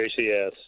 JCS